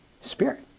Spirit